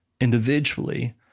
individually